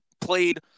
played